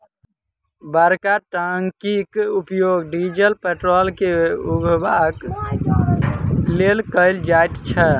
बड़का टंकीक उपयोग डीजल पेट्रोल के उघबाक लेल कयल जाइत छै